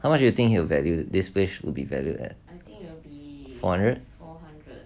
how much do you think he will value this place will be valued at